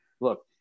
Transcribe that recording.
look